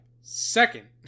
Second